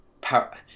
power